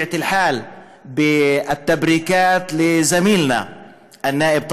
ברצוני למסור כמובן גם ברכות לעמיתנו חבר הכנסת